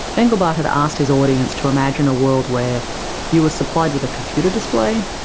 engelbart had asked his audience to imagine a world where you were supplied with a computer display,